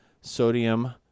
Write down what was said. Sodium